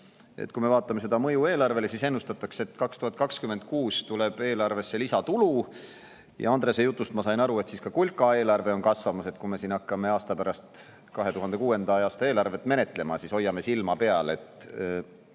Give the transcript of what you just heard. kui me vaatame mõju eelarvele, siis ennustatakse, et 2026. aastal tuleb eelarvesse lisatulu, ja Andrese jutust ma sain aru, et siis on ka kulka eelarve kasvamas, seega kui me hakkame aasta pärast 2026. aasta eelarvet menetlema, siis hoiame silma peal